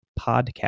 podcast